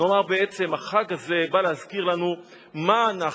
נאמר בעצם: החג הזה בא להזכיר לנו מה אנחנו,